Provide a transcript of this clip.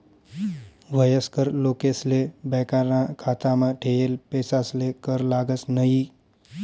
वयस्कर लोकेसले बॅकाना खातामा ठेयेल पैसासले कर लागस न्हयी